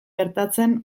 gertatzen